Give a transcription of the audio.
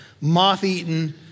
moth-eaten